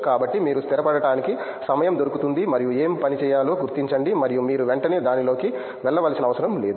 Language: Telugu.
కాబట్టి మీరు స్థిరపడటానికి సమయం దొరుకుతుంది మరియు ఏమి పని చేయాలో గుర్తించండి మరియు మీరు వెంటనే దానిలోకి వెళ్లవలసిన అవసరం లేదు